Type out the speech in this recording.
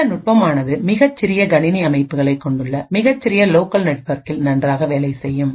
இந்த நுட்பமானது மிகச்சிறிய கணினி அமைப்புகளை கொண்டுள்ள மிகச்சிறிய லோக்கல் நெட்வொர்க்கில் நன்றாக வேலை செய்யும்